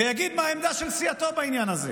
ויגיד מה העמדה של סיעתו בעניין הזה,